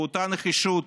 ובאותה נחישות